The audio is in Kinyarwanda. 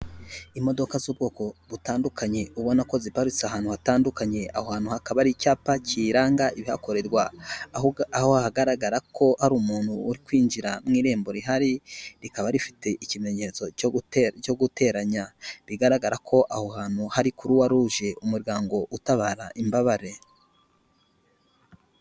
Imodoka z'ubwoko butandukanye ubona ko ziparitse ahantu hatandukanye, aho hantu hakaba hari icyapa kiranga ibihakorerwa, aho hagaragara ko hari umuntu uri kwinjira mu irembo rihari rikaba rifite ikimenyetso cyo guteranya, rigaragara ko aho hantu hari Kuruwa ruje, umuryango utabara imbabare.